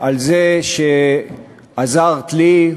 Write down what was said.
על זה שעזרת לי,